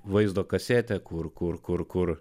vaizdo kasetę kur kur kur kur